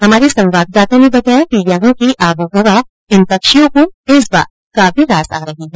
हमारे संवाददाता ने बताया कि यहां की आबोहवा इन पक्षियों को इस बार काफी रास आ रही है